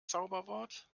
zauberwort